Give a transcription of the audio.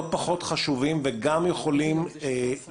פחות חשובים וגם יכולים לחסוך בחיי אדם,